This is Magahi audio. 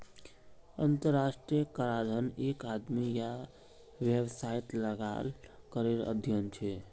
अंतर्राष्ट्रीय कराधन एक आदमी या वैवसायेत लगाल करेर अध्यन छे